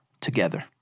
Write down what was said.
together